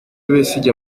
besigye